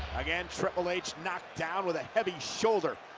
again, triple h knocked down with a heavy shoulder,